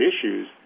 issues